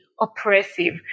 oppressive